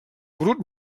brut